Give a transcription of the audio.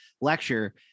lecture